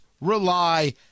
rely